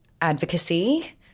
advocacy